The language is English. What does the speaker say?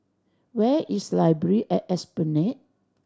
where is Library at Esplanade